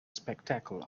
spectacle